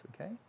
Okay